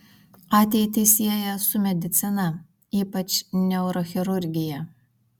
ateitį sieja su medicina ypač neurochirurgija